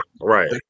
right